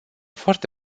foarte